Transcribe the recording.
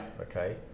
Okay